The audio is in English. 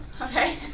Okay